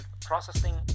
processing